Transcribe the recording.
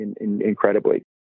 incredibly